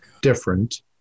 different